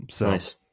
Nice